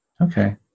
Okay